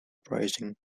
uprising